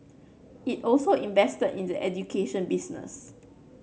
it also invested in the education business